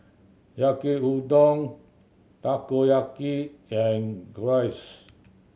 Yaki Udon Takoyaki and Gyros